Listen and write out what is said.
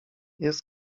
jest